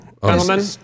gentlemen